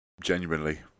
genuinely